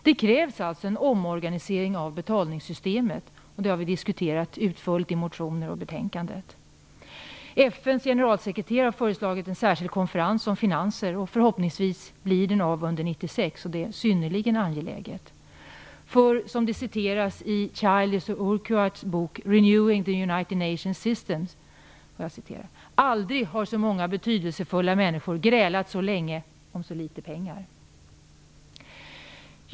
Det krävs alltså en omorganisering av betalningssystemet. Det har vi diskuterat utförligt i motioner och i betänkandet. FN:s generalsekreterare har föreslagit en särskild konferens om finanser. Förhoppningsvis blir den av under 1996. Det är synnerligen angeläget. För som det citeras i Cilders och Urquharts bok Renewing the United Nations Systems: "Aldrig har så många betydelsefulla människor grälat så länge om så lite pengar."